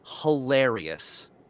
hilarious